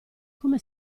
come